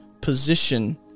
position